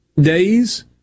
days